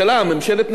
מביאה לכנסת,